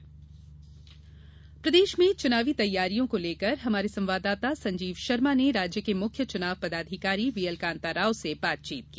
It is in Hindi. चुनाव तैयारी बातचीत प्रदेश में चुनावी तैयारी को लेकर हमारे संवाददाता संजीव शर्मा प्रदेष के मुख्य चुनाव पदाधिकारी वीएल कान्ता राव से बातचीत की